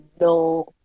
no